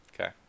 okay